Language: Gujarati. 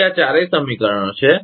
તેથી આ ચારેય સમીકરણો છે